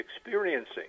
experiencing